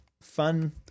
fun